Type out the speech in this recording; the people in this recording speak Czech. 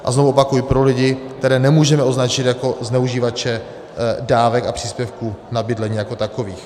A znovu opakuji, pro lidi, které nemůžeme označit jako zneužívače dávek a příspěvku na bydlení jako takové.